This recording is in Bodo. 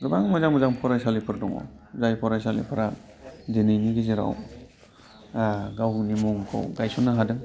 गोबां मोजां मोजां फरायसालिफोर दङ जाय फरायसालिफोरा दिनैनि गेजेराव गावनि मुंखौ गायसननो हादों